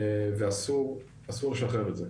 ואסור לשחרר את זה.